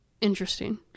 interesting